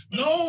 no